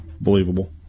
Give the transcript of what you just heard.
Believable